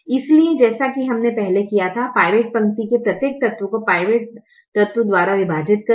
इसलिए जैसा कि हमने पहले किया था पिवोट पंक्ति के प्रत्येक तत्व को पिवोट तत्व द्वारा विभाजित करें